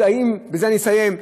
ובזה אני אסיים,